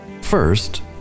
First